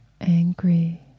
angry